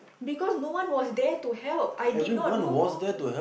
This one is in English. because no one was there to help I did not know who to